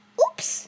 Oops